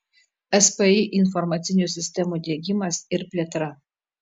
spį informacinių sistemų diegimas ir plėtra